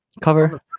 cover